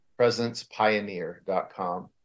presencepioneer.com